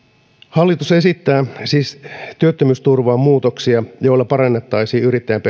hallitus esittää siis työttömyysturvaan muutoksia joilla parannettaisiin yrittäjän